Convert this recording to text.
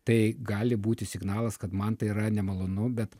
tai gali būti signalas kad man tai yra nemalonu bet